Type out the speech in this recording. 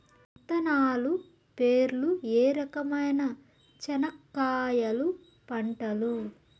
విత్తనాలు పేర్లు ఏ రకమైన చెనక్కాయలు పంటలు?